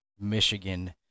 Michigan